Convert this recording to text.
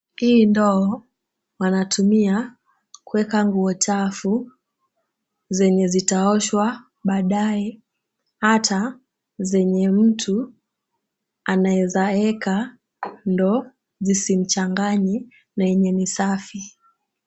Hii ndoo wanatumia kuweka nguo chafu zenye zitaoshwa baadae ata zenye mtu anaeza eka ndio zisimchanganye na yenye ni safi.